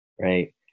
right